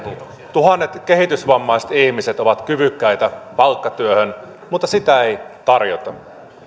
tuhannet kehitysvammaiset ihmiset ovat kyvykkäitä palkkatyöhön mutta sitä ei tarjota